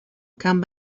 come